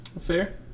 Fair